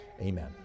Amen